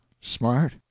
smart